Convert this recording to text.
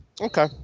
Okay